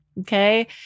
Okay